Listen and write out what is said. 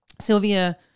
Sylvia